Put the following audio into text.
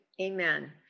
Amen